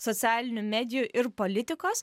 socialinių medijų ir politikos